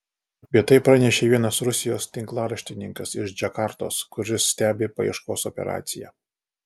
apie tai pranešė vienas rusijos tinklaraštininkas iš džakartos kuris stebi paieškos operaciją